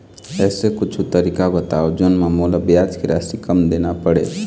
ऐसे कुछू तरीका बताव जोन म मोला ब्याज के राशि कम देना पड़े?